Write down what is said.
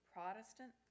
Protestant